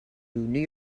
new